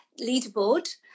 leaderboard